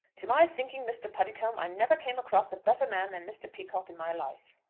to my thinking, mr. puddicombe, i never came across a better man than mr. peacocke in my life.